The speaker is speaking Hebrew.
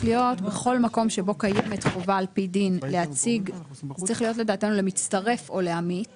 בכל מקום שבו קיימת חובה על פי דין להציג למצטרף או לעמית --- לא,